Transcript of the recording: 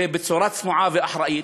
בצורה צנועה ואחראית.